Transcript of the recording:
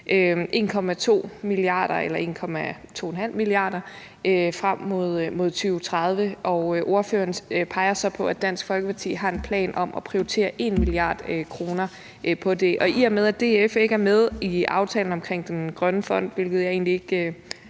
1,2 mia. kr. – eller 1,25 mia. kr. – frem mod 2030. Ordføreren peger så på, at Dansk Folkeparti har en plan om at prioritere 1 mia. kr. på det. I og med at DF ikke er med i aftalen om den grønne fond, og jeg kan egentlig ikke